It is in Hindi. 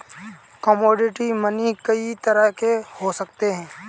कमोडिटी मनी कई तरह के हो सकते हैं